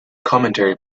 commentary